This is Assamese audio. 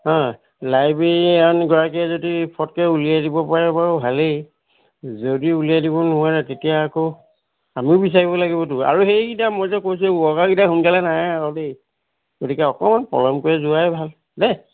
হা লাইব্ৰেৰীয়ানগৰাকীয়ে যদি ফটকৈ উলিয়াই দিব পাৰে বাৰু ভালেই যদি উলিয়াই দিব নোৱাৰে তেতিয়া আকৌ আমিও বিচাৰিব লাগিবতো আৰু সেইকেইটা মই যে কৈছো ৱৰ্কাৰকেইটা সোনকালে নাহে আকৌ দেই গতিকে অকণমান পলমকৈ যোৱাই ভাল দেই